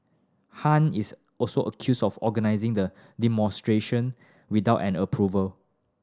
Han is also accused of organising the demonstration without an approval